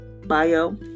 bio